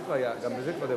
פה.